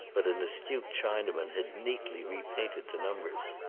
but an astute chinaman had neatly repainted the num bers.